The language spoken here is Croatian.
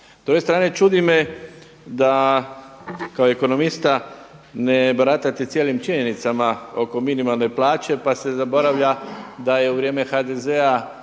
druge strane čudi me da kao ekonomista ne baratate cijelim činjenicama oko minimalne plaće, pa se zaboravlja da je u vrijeme HDZ